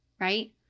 right